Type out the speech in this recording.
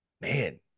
man